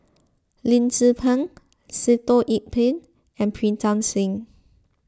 Lim Tze Peng Sitoh Yih Pin and Pritam Singh